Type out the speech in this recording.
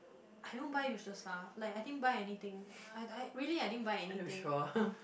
I don't buy useless stuff like I didn't buy anything I I really I didn't buy anything